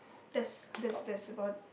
there's there's there's about